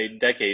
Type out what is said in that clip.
decade